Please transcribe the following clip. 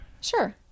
Sure